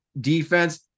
defense